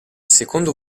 secondo